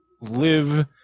live